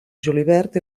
julivert